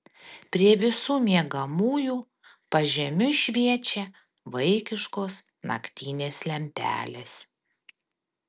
prie visų miegamųjų pažemiui šviečia vaikiškos naktinės lempelės